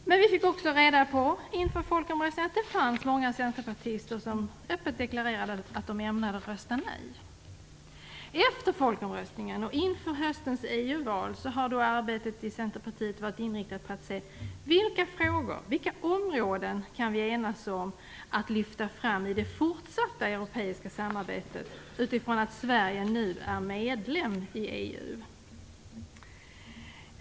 Men inför folkomröstningen fick vi också reda på att det fanns många centerpartister som öppet deklarerade att de ämnade rösta nej. Efter folkomröstningen och inför höstens EU-val har arbetet i Centerpartiet varit inriktat på att se vilka frågor, områden, vi kan enas om att lyfta fram i det fortsatta europeiska samarbetet utifrån att Sverige nu är medlem i EU.